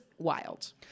wild